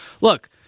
Look